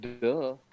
Duh